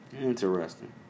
Interesting